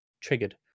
triggered